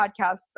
podcasts